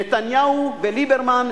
נתניהו וליברמן,